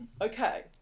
Okay